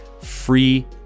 free